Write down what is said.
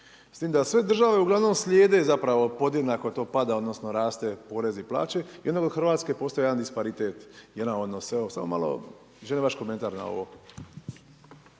S tim da sve države uglavnom slijede podjednako to pada, odnosno raste porez i plaće, jedino u Hrvatskoj postoji jedan disparitet, samo malo želim vaš komentar na ovo.